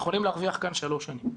שלוש שנים.